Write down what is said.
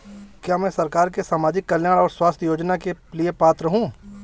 क्या मैं सरकार के सामाजिक कल्याण और स्वास्थ्य योजना के लिए पात्र हूं?